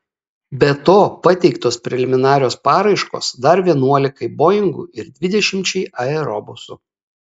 be to pateiktos preliminarios paraiškos dar vienuolikai boingų ir dvidešimčiai aerobusų